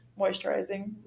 moisturizing